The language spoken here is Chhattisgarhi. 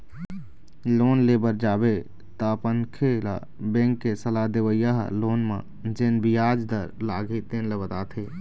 लोन ले बर जाबे तअमनखे ल बेंक के सलाह देवइया ह लोन म जेन बियाज दर लागही तेन ल बताथे